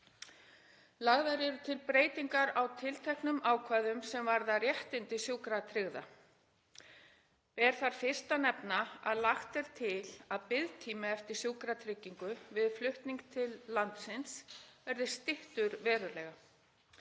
Lagðar eru til breytingar á tilteknum ákvæðum sem varða réttindi sjúkratryggðra. Ber þar fyrst að nefna að lagt er til að biðtími eftir sjúkratryggingu við flutning til landsins verði styttur verulega.